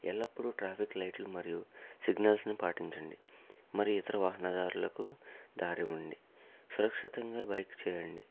ఎల్లప్పుడు ట్రాఫిక్ లైట్లు మరియు సిగ్నల్స్ను పాటించండి మరియు ఇతర వాహన దారులకు దారి ఇవ్వండి సురక్షితంగా బైక్ చేయండి